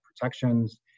protections